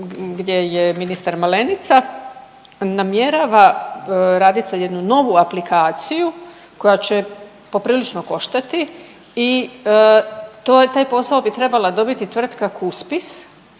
gdje je ministar Malenica, namjerava radit za jednu novu aplikaciju koja će poprilično koštati i to je, taj posao bi trebala dobiti tvrtka Cuspis